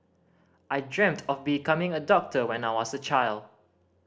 I dreamt of becoming a doctor when I was a child